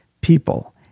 people